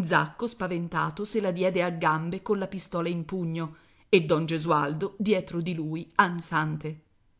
zacco spaventato se la diede a gambe colla pistola in pugno e don gesualdo dietro di lui ansante